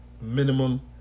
minimum